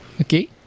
Okay